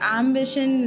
ambition